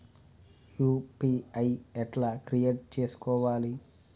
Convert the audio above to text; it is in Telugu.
యూ.పీ.ఐ ఎట్లా క్రియేట్ చేసుకోవాలి?